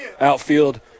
Outfield